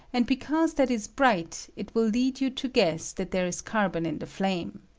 and because that is bright it will lead you to guess that there is carbon in the flame.